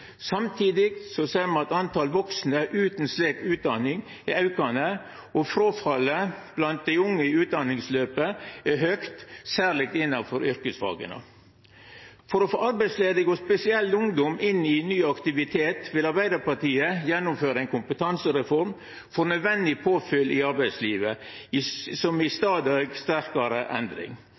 ser me at talet på vaksne utan slik utdanning er aukande, og fråfallet blant dei unge i utdanningsløpet er høgt, særleg innanfor yrkesfaga. For å få arbeidslause, og spesielt ungdom, inn i ny aktivitet vil Arbeidarpartiet gjennomføre ei kompetansereform for nødvendig påfyll i arbeidslivet, som er i stadig sterkare endring.